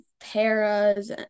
paras